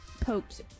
poked